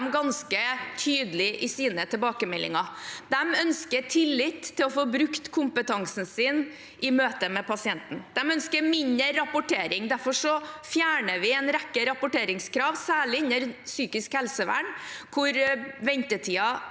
ganske tydelige i sine tilbakemeldinger. De ønsker tillit og å få brukt kompetansen sin i møte med pasientene. De ønsker mindre rapportering. Derfor fjerner vi en rekke rapporteringskrav, særlig innen psykisk helsevern, hvor ventetiden